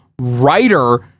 writer